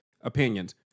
opinions